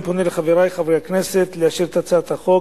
אני פונה אל חברי חברי הכנסת לאשר את הצעת החוק